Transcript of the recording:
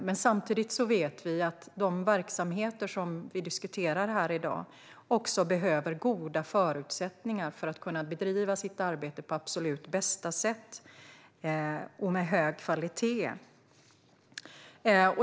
Men samtidigt vet vi att de verksamheter som vi diskuterar här i dag behöver goda förutsättningar för att kunna bedriva sitt arbete på absolut bästa sätt och med hög kvalitet.